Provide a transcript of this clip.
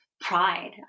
pride